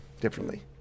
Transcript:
differently